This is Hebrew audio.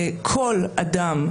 כל אדם,